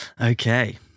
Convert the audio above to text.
Okay